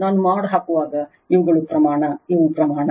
ನಾನು ಮೋಡ್ ಹಾಕುವಾಗ ಇವುಗಳು ಪ್ರಮಾಣ ಇವು ಪ್ರಮಾಣ